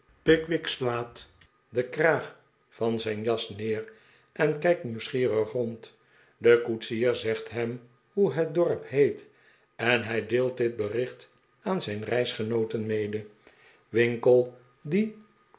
pickwick slaat den kraag van zijn jas neer en kijkt nieuwsgierig rond de koetsier zegt hem hoe het dorp heet en hij deelt dit bericht aan zijn reisgenooten mede winkle die